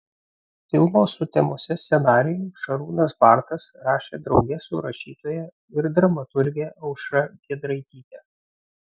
filmo sutemose scenarijų šarūnas bartas rašė drauge su rašytoja ir dramaturge aušra giedraityte